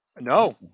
no